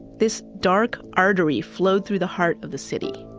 this dark artery flowed through the heart of the city.